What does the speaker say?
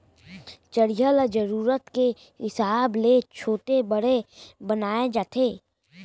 चरिहा ल जरूरत के हिसाब ले छोटे बड़े बनाए जाथे